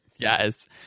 Yes